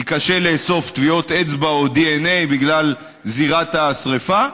כי קשה לאסוף טביעות אצבע או דנ"א בגלל זירת השרפה,